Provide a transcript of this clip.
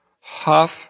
Half